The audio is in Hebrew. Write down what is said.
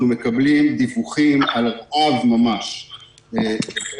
אנחנו מקבלים דיווחים על רעב ממש בקרב